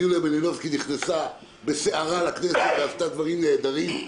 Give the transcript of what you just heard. יוליה מלינובסקי נכנסה בסערה לכנסת ועשתה דברים נהדרים.